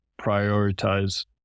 prioritize